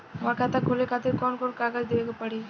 हमार खाता खोले खातिर कौन कौन कागज देवे के पड़ी?